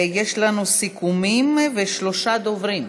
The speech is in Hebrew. יש לנו סיכומים ושלושה דוברים.